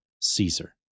Caesar